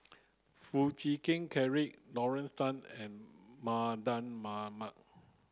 Foo Chee Keng Cedric Lorna Tan and Mardan Mamat